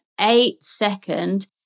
eight-second